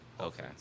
Okay